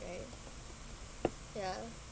right ya